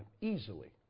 easily